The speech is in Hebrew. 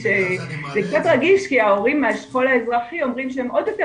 כי ההורים מהשכול האזרחי אומרים שהם עוד יותר